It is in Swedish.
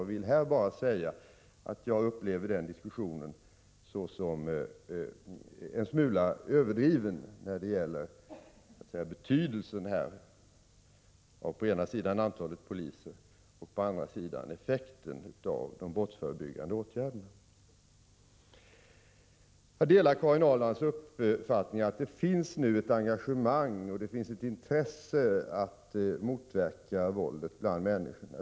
Jag vill här bara säga att jag upplever den diskussionen som en smula överdriven, dvs. å ena sidan betydelsen av antalet poliser och å andra sidan effekten av de brottsförebyggande åtgärderna. Jag delar Karin Ahrlands uppfattning att det nu bland människorna finns ett engagemang och ett intresse av att motverka våldet.